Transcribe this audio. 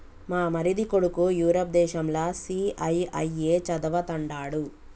మా మరిది కొడుకు యూరప్ దేశంల సీఐఐఏ చదవతండాడు